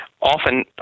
often